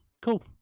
cool